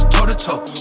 Toe-to-toe